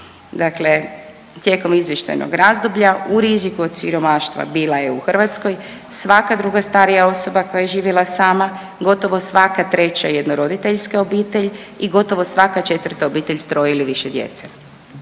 Dakle, tijekom izvještajnog razdoblja u riziku od siromaštva bila je u Hrvatskoj svaka druga starija osoba koja je živjela sama, gotovo svaka treća jednoroditeljska obitelj i gotovo svaka četvrta obitelj sa troje ili više djece.